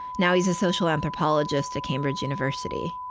now he's a social anthropologist at cambridge university.